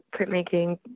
printmaking